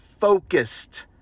focused